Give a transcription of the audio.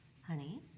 honey